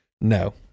No